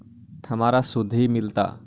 हमरा शुद्ध मिलता?